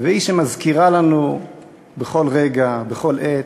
והיא שמזכירה לנו בכל רגע, בכל עת,